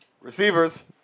Receivers